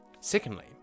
Secondly